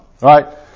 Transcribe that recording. Right